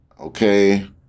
Okay